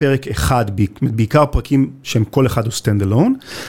פרק אחד, בעיקר פרקים שהם כל אחד הוא סטנד אלון.